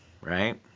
right